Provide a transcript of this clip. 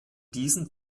diesem